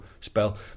spell